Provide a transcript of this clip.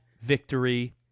victory